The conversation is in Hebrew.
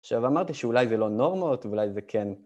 עכשיו, אמרתי שאולי זה לא נורמות, ואולי זה כן.